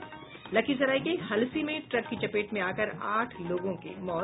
और लखीसराय के हलसी में ट्रक की चपेट में आकर आठ लोगों की मौत